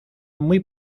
muy